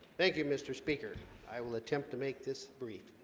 thank you mr. speaker i will attempt to make this brief